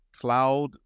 cloud